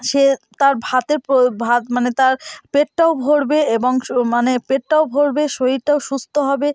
সে তার ভাতের প্রয়োজন ভাত মানে তার পেটটাও ভরবে এবং স মানে পেটটাও ভরবে শরীরটাও সুস্থ হবে